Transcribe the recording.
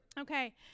Okay